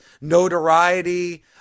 notoriety